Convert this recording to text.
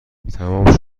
تمام